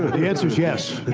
the answer's yes.